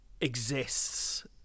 exists